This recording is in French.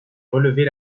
relever